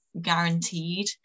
guaranteed